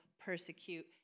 persecute